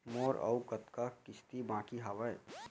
मोर अऊ कतका किसती बाकी हवय?